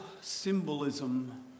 symbolism